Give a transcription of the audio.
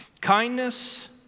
kindness